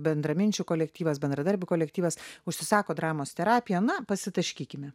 bendraminčių kolektyvas bendradarbių kolektyvas užsisako dramos terapiją na pasitaškykime